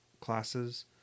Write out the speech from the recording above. classes